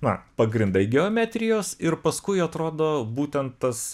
na pagrindai geometrijos ir paskui atrodo būtent tas